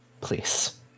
Please